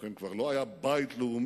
לכן כבר לא היה בית לאומי,